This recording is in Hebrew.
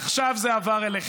עכשיו זה עבר אליכם.